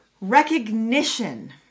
Recognition